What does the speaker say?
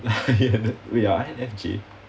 ya wait you're I_N_F_J